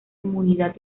inmunidad